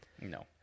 No